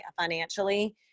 financially